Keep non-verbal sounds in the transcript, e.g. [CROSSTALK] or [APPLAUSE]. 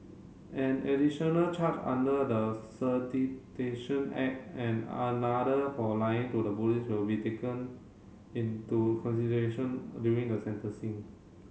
an additional charge under the [UNINTELLIGIBLE] Act and another for lying to the police will be taken into consideration during the sentencing